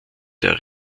der